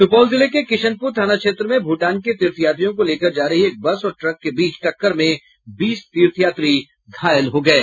सुपौल जिले के किशनपुर थाना क्षेत्र में भूटान के तीर्थयात्रियों को लेकर जा रही एक बस और ट्रक के बीच टक्कर में बीस तीर्थयात्री घायल हो गये